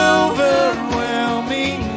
overwhelming